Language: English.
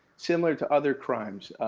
similar to other crimes,